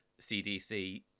CDC